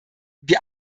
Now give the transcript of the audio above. wir